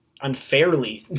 unfairly